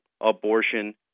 abortion